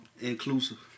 Inclusive